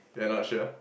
you're not sure